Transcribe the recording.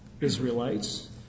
Israelites